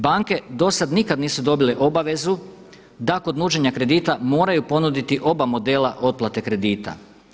Banke do sada nikad nisu dobile obavezu da kod nuđenja kredite moraju ponuditi oba modela otplate kredita.